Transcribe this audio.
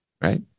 right